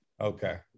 okay